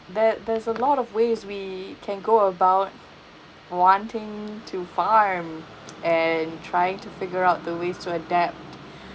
that there's a lot of ways we can go about wanting to farm and trying to figure out the ways to adapt